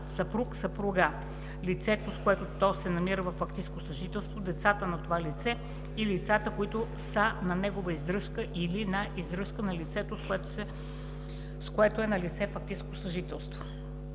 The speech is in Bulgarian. деца и съпруг/а, лицето, с което то се намира във фактическо съжителство, децата на това лице и лицата, които са на негова издръжка или на издръжка на лицето, с което е налице фактическо съжителство.